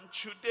today